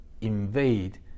invade